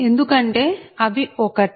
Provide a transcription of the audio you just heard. ఎందుకంటే అవి ఒకటే